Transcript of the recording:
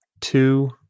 two